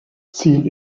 ziel